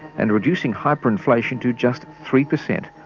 and reducing hyper-inflation to just three percent.